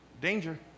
danger